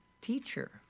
teacher